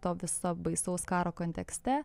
to viso baisaus karo kontekste